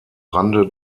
rande